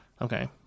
Okay